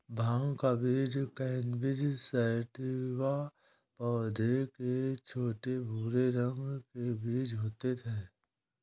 भाँग का बीज कैनबिस सैटिवा पौधे के छोटे, भूरे रंग के बीज होते है